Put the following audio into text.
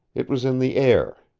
it was in the air.